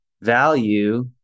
value